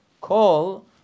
call